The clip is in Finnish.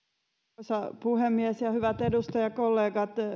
arvoisa puhemies hyvät edustajakollegat